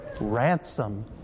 ransom